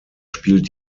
spielt